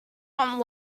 one